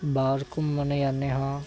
ਬਾਹਰ ਘੁੰਮਣ ਜਾਂਦੇ ਹਾਂ